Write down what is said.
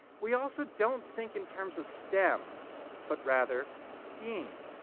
we also don't think in terms of stem but rather, steam.